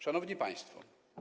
Szanowni Państwo!